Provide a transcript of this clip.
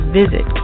visit